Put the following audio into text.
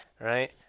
right